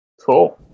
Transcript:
Cool